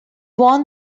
won